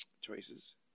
choices